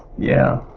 yeah.